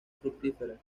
fructífera